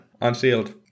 Unsealed